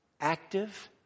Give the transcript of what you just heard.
active